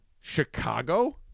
Chicago